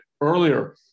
earlier